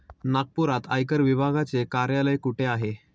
नागपुरात आयकर विभागाचे कार्यालय कुठे आहे?